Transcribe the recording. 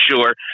sure